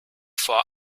vor